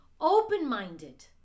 open-minded